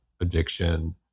addiction